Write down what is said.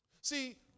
See